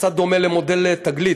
קצת דומה למודל "תגלית".